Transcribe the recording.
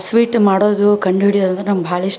sweet ಮಾಡೋದು ಕಂಡು ಹಿಡಿಯೋದು ನಮ್ಗೆ ಭಾಳ ಇಷ್ಟ